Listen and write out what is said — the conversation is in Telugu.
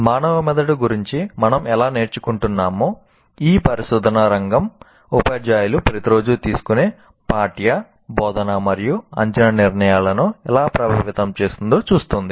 మానవ మెదడు గురించి మనం ఎలా నేర్చుకుంటున్నామో ఈ పరిశోధనా రంగం ఉపాధ్యాయులు ప్రతిరోజూ తీసుకునే పాఠ్య బోధనా మరియు అంచనా నిర్ణయాలను ఎలా ప్రభావితం చేస్తుందో చూస్తుంది